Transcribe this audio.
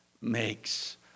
makes